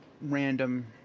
random